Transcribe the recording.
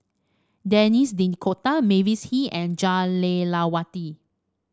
Denis D'Cotta Mavis Hee and Jah Lelawati